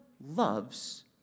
loves